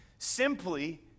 Simply